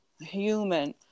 human